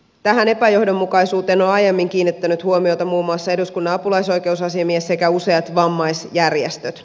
tähän epäjohdonmukaisuuteen ovat aiemmin kiinnittäneet huomiota muun muassa eduskunnan apulaisoikeusasiamies sekä useat vammaisjärjestöt